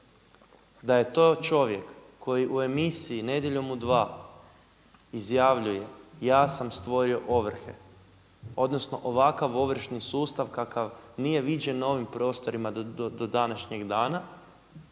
da je to čovjek koji u emisiji Nedjeljom u 2 izjavljuje ja sam stvorio ovrhe, odnosno ovakav ovršni sustav kakav nije viđen na ovim prostorima do današnjeg dana.